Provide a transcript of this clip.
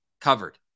covered